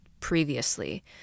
previously